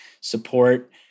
support